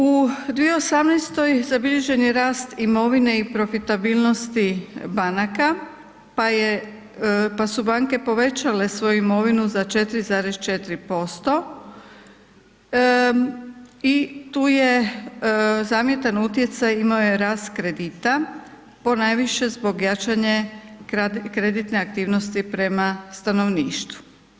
U 2018. zabilježen je rast imovine i profitabilnosti banaka pa su banke povećale svoju imovinu za 4,4% i tu je zamjetan utjecaj imao je rast kredita ponajviše zbog pojačane kreditne aktivnosti prema stanovništvu.